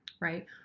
right